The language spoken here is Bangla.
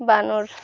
বানর